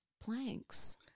planks